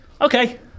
Okay